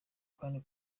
kandi